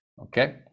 okay